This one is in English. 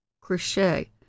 crochet